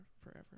forever